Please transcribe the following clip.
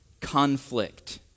conflict